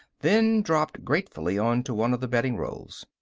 then dropped gratefully onto one of the bedding rolls.